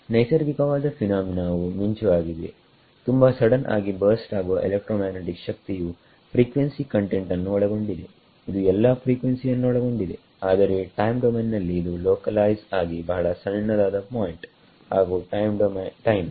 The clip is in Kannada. ನೈಸರ್ಗಿಕವಾದ ಫಿನಾಮಿನಾವು ಮಿಂಚು ಆಗಿದೆ ತುಂಬಾ ಸಡನ್ ಆಗಿ ಬರ್ಸ್ಟ್ ಆಗುವ ಎಲೆಕ್ಟ್ರೊಮ್ಯಾಗ್ನೆಟಿಕ್ ಶಕ್ತಿಯು ಫ್ರೀಕ್ವೆನ್ಸಿ ಕಂಟೆಂಟ್ ಅನ್ನು ಒಳಗೊಂಡಿದೆ ಇದು ಎಲ್ಲಾ ಫ್ರೀಕ್ವೆನ್ಸಿ ಯನ್ನೊಳಗೊಂಡಿದೆ ಆದರೆ ಟೈಮ್ ಡೊಮೈನ್ ನಲ್ಲಿ ಇದು ಲೋಕಲೈಸ್ ಆಗಿ ಬಹಳ ಸಣ್ಣದಾದ ಪಾಯಿಂಟ್ ಹಾಗು ಟೈಮ್